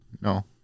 No